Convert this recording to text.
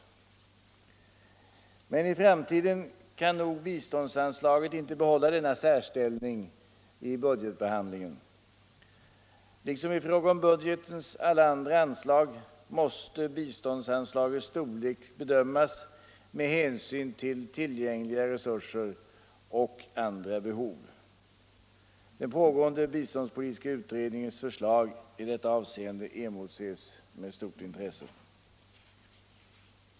Men i framtiden kan nog biståndsanslagen inte behålla denna särställning vid budgetbehandlingen. Liksom i fråga om budgetens alla andra anslag måste biståndsanslagets storlek bedömas med hänsyn till tillgängliga resurser och andra behov. Den pågående biståndspolitiska utredningens förslag i detta avseende emotses med stort intresse.